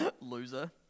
loser